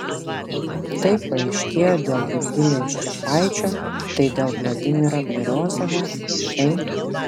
tai paaiškėjo dėl virgilijaus čepaičio tai dėl vladimiro beriozovo tai